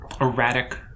erratic